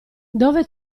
dove